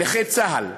נכה צה"ל.